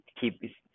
keep